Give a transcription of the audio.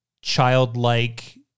childlike